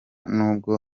n’ubwo